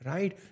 Right